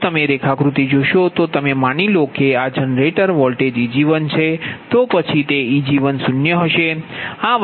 જો તમે આ રેખાકૃતિ જોશો તો તમે માની લો કે આ જનરેટર વોલ્ટેજ Eg1 છે તો પછી તે Eg10 હશે